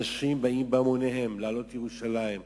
אנשים באים בהמוניהם לעלות לירושלים,